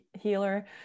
healer